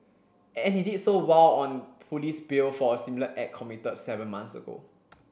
and he did so while on police bail for a similar act committed seven months ago